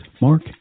Mark